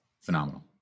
Phenomenal